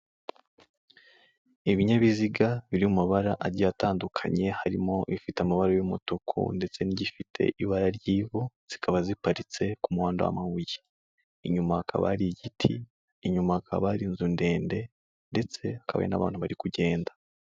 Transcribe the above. Ibinyabiziga biri mu mabara agiye atandukanye, harimo ibifite amabara y'umutuku ndetse n'igifite ibara ry'ivu zikaba ziparitse ku muhanda w'amabuye, inyuma hakaba hari igiti, inyuma hakaba hari inzu ndende ndetse hakaba hari n'abantu bari kugenda.